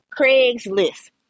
Craigslist